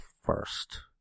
first